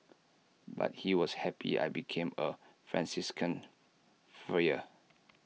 but he was happy I became A Franciscan Friar